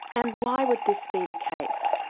and why would this be the case?